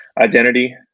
identity